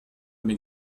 mes